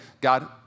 God